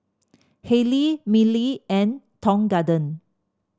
Haylee Mili and Tong Garden